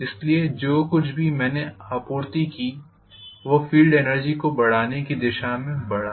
इसलिए जो कुछ भी मैंने आपूर्ति की वह फील्ड एनर्जी को बढ़ाने की दिशा में बढ़ा